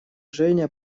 женя